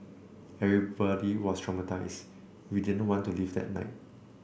everybody was traumatised we didn't want to leave that night